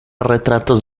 retratos